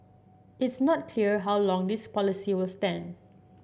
it's not clear how long this policy will stand